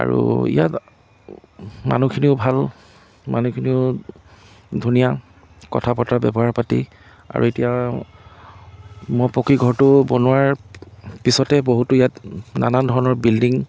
আৰু ইয়াত মানুহখিনিও ভাল মানুহখিনিও ধুনীয়া কথা বতৰা ব্যৱহাৰ পাতি আৰু এতিয়া মই পকী ঘৰটো বনোৱাৰ পিছতে বহুতো ইয়াত নানান ধৰণৰ বিল্ডিং